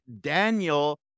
daniel